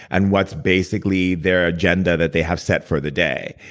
and what's basically their agenda that they have set for the day.